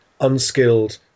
unskilled